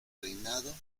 reinado